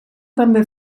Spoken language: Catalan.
també